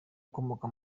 ukomoka